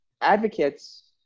Advocates